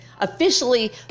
officially